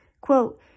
Quote